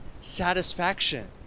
satisfaction